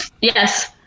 Yes